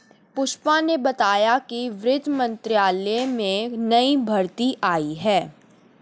पुष्पा ने बताया कि वित्त मंत्रालय में नई भर्ती आई है